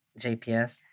JPS